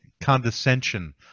condescension